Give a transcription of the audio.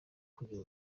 kugira